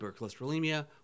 hypercholesterolemia